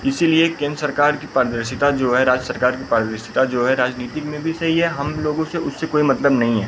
इसलिए केंद्र सरकार की पारदर्शिता जो है राज्य सरकार की पारदर्शिता जो है राजनीति में भी सही है हम लोगों से उससे कोई मतलब नहीं है